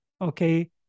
Okay